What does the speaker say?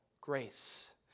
Grace